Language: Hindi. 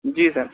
जी सर